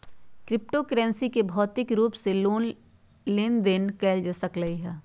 crypto currency के भौतिक रूप से लेन देन न कएल जा सकइय